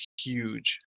huge